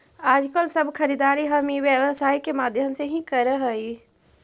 आजकल सब खरीदारी हम ई व्यवसाय के माध्यम से ही करऽ हई